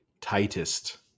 tightest